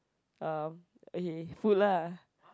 uh okay food lah